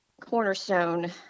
cornerstone